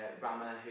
Rama